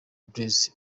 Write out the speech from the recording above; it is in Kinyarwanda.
blaise